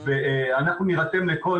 ואנחנו נירתם לכל